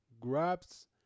grabs